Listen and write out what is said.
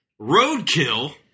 Roadkill